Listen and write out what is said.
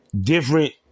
different